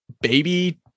baby